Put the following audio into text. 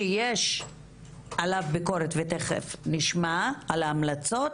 שיש עליו ביקורת ותיכף נשמע על ההמלצות,